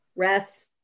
refs